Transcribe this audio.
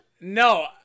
No